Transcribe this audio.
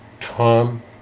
Tom